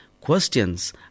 questions